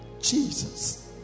Jesus